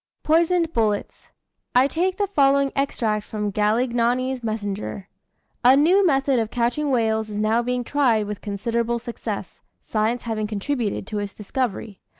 poisoned bullets i take the following extract from galignani's messenger a new method of catching whales is now being tried with considerable success, science having contributed to its discovery.